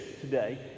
today